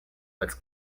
als